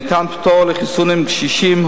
ניתן פטור לחיסוני קשישים,